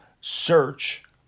search